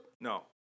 No